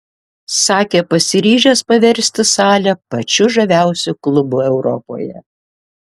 sakė pasiryžęs paversti salę pačiu žaviausiu klubu europoje